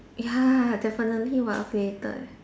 ya definitely will affiliated